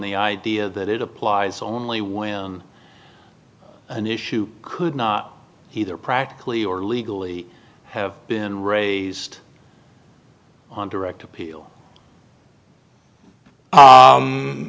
the idea that it applies only when an issue could not he they're practically or legally have been raised on direct appeal